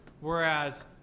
Whereas